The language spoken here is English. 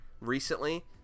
recently